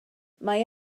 mae